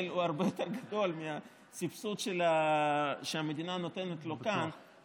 לדירה שלו היא הרבה יותר גדולה מהסבסוד שהמדינה נותנת לו כאן.